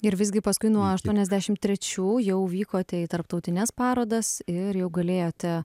ir visgi paskui nuo aštuoniasdešim trečių jau vykote į tarptautines parodas ir jau galėjote